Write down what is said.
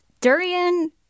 Durian